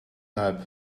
nap